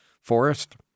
Forest